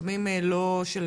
יתומים לא של